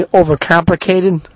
overcomplicated